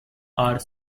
are